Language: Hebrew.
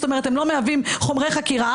זאת אומרת, הם לא מהווים חומרי חקירה.